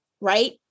right